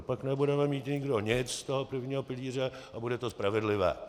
Pak nebudeme mít nikdo nic z toho prvního pilíře a bude to spravedlivé.